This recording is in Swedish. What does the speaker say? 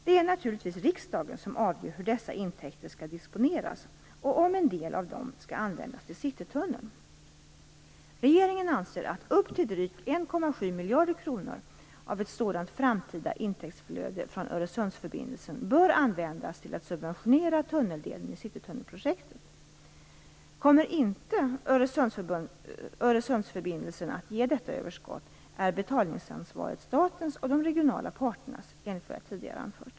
Det är naturligtvis riksdagen som avgör hur dessa intäkter skall disponeras och om en del av dem skall användas till Citytunneln. Regeringen anser att upp till drygt 1,7 miljarder kronor av ett sådant framtida intäktsflöde från Öresundsförbindelsen bör användas till att subventionera tunneldelen i citytunnelprojektet. Kommer inte Öresundsförbindelsen att ge detta överskott är betalningansvaret statens och de regionala parternas, enligt vad jag tidigare anfört.